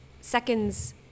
seconds